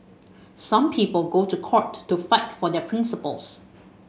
some people go to court to fight for their principles